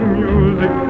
music